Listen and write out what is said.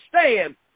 stand